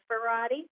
variety